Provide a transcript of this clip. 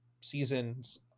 seasons